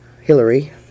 Hillary